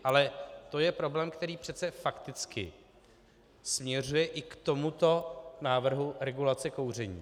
Ale to je problém, který přece fakticky směřuje i k tomuto návrhu regulace kouření.